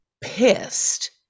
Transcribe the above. pissed